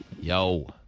Yo